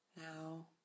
Now